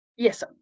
yes